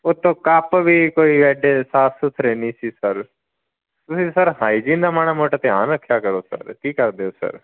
ਉੱਤੋਂ ਕੱਪ ਵੀ ਕੋਈ ਐਡੇ ਸਾਫ ਸੁਥਰੇ ਨਹੀਂ ਸੀ ਸਰ ਤੁਸੀਂ ਸਰ ਹਾਈਜੀਨ ਦਾ ਮਾੜਾ ਮੋਟਾ ਧਿਆਨ ਰੱਖਿਆ ਕਰੋ ਸਰ ਕੀ ਕਰਦੇ ਹੋ ਸਰ